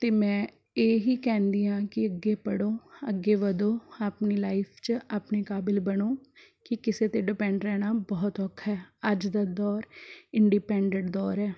ਅਤੇ ਮੈਂ ਇਹੀ ਕਹਿੰਦੀ ਆ ਕਿ ਅੱਗੇ ਪੜ੍ਹੋ ਅੱਗੇ ਵਧੋ ਆਪਣੀ ਲਾਈਫ 'ਚ ਆਪਣੇ ਕਾਬਿਲ ਬਣੋ ਕਿ ਕਿਸੇ 'ਤੇ ਡਿਪੈਂਡ ਰਹਿਣਾ ਬਹੁਤ ਔਖਾ ਅੱਜ ਦਾ ਦੌਰ ਇੰਡੀਪੈਂਡੈਂਟ ਦੌਰ ਹੈ